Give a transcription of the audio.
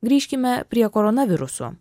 grįžkime prie koronavirusų